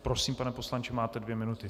Prosím, pane poslanče, máte dvě minuty.